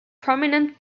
prominent